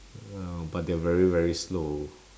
oh but they are very very slow